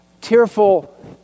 tearful